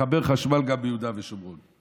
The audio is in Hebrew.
לחבר חשמל גם ביהודה ושומרון.